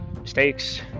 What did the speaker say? mistakes